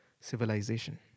civilization